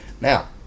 Now